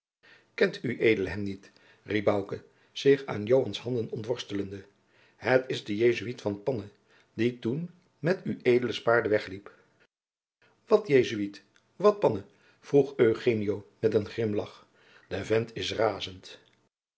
kent ued hem niet riep bouke zich aan joans handen ontworstelende het is de jesuit van panne die toen met ueds paarden wegliep wat jesuit wat panne vroeg eugenio met een grimlagch de vent is razend